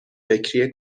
فکری